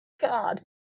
God